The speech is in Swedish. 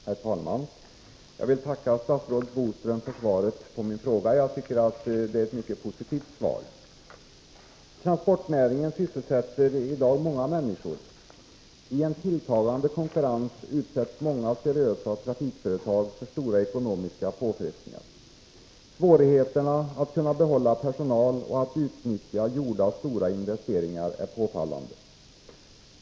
Herr talman! Jag vill tacka statsrådet Boström för svaret på min fråga. Jag tycker att det är ett mycket positivt svar. Transportnäringen sysselsätter i dag många människor. I en tilltagande konkurrens utsätts många seriösa trafikföretag för stora ekonomiska påfrestningar. Svårigheterna att behålla personal och att utnyttja gjorda stora investeringar är påfallande.